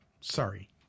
Sorry